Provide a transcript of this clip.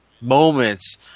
moments